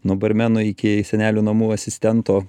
nuo barmeno iki senelių namų asistento